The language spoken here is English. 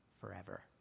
forever